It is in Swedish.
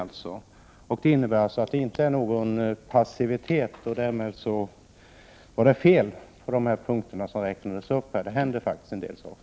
Det innebär att det inte föreligger någon passivitet. Margareta Fogelberg hade alltså fel på de punkter som hon räknade upp. Det har faktiskt skett en del saker.